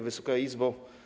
Wysoka Izbo!